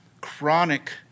chronic